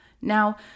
Now